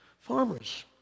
Farmers